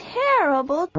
terrible